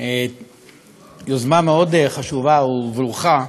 יוזמה מאוד חשובה וברוכה.